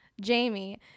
jamie